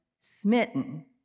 smitten